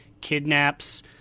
kidnaps